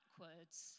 backwards